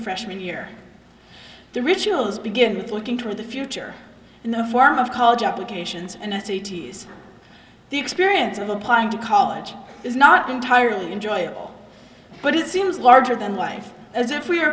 freshman year the rituals begin to look into the future in the form of college applications and s a t s the experience of applying to college is not entirely enjoyable but it seems larger than life as if we are